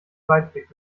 weitblick